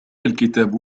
الكتاب